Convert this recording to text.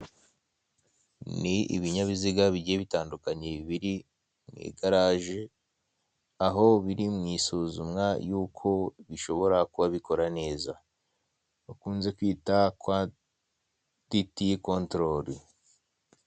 Ni ibinyabiziga bigiye bitandukanye biri mu igaraje, aho biri mu isuzumwa y'uko bishobora kuba bikora neza, bakunze kwita kwaliti contorori.